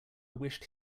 wished